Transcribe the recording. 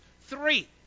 three